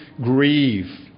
grieve